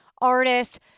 artist